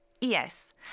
Yes